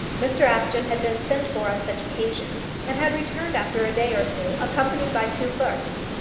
mr apjohn had been sent for on such occasions, and had returned after a day or two, accompanied by two clerks.